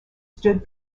stood